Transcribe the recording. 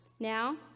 Now